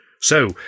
So